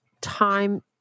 time